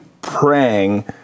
praying